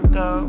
go